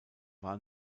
war